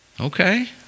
Okay